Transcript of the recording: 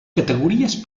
categories